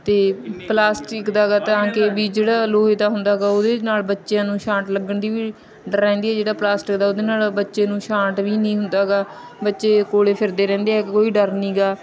ਅਤੇ ਪਲਾਸਟਿਕ ਦਾ ਗਾ ਤਾਂ ਕਿ ਵੀ ਜਿਹੜਾ ਲੋਹੇ ਦਾ ਹੁੰਦਾ ਗਾ ਉਹਦੇ ਨਾਲ ਬੱਚਿਆਂ ਨੂੰ ਸਾਂਟ ਲੱਗਣ ਦੀ ਵੀ ਡਰ ਰਹਿੰਦੀ ਹੈ ਜਿਹੜਾ ਪਲਾਸਟਿਕ ਦਾ ਉਹਦੇ ਨਾਲ ਬੱਚੇ ਨੂੰ ਸ਼ਾਂਟ ਵੀ ਨਹੀਂ ਹੁੰਦਾ ਗਾ ਬੱਚੇ ਕੋਲ ਫਿਰਦੇ ਰਹਿੰਦੇ ਆ ਕੋਈ ਡਰ ਨਹੀਂ ਗਾ